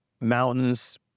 mountains